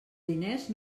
diners